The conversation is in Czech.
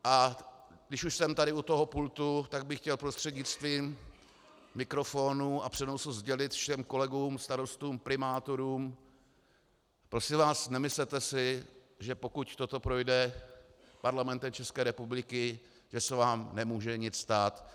A když už jsem u tohohle pultu, tak bych chtěl prostřednictvím mikrofonu a přenosu sdělit všem kolegům starostům, primátorům: prosím vás, nemyslete si, že pokud toto projde Parlamentem České republiky, že se vám nemůže nic stát.